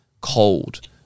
cold